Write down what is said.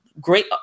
Great